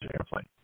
airplane